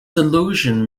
illusion